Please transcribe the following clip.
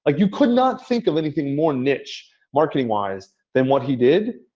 ah you could not think of anything more niche marketing-wise than what he did.